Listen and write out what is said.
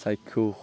চাক্ষুষ